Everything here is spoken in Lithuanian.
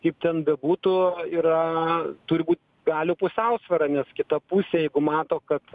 kaip ten bebūtų yra turi bū galių pusiausvyra nes kita pusė jeigu mato kad